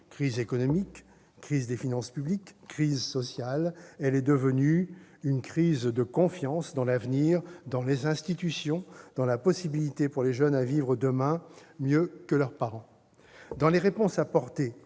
crise économique, crise des finances publiques, crise sociale, elle est devenue une crise de confiance, dans l'avenir, dans les institutions, dans la possibilité pour les jeunes à vivre demain mieux que leurs parents. Dans les réponses apportées,